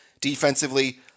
Defensively